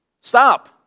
stop